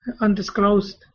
undisclosed